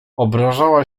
obrażała